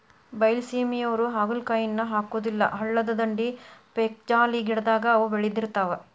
ಬೈಲಸೇಮಿಯವ್ರು ಹಾಗಲಕಾಯಿಯನ್ನಾ ಹಾಕುದಿಲ್ಲಾ ಹಳ್ಳದ ದಂಡಿ, ಪೇಕ್ಜಾಲಿ ಗಿಡದಾಗ ಅವ ಬೇಳದಿರ್ತಾವ